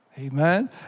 Amen